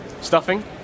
Stuffing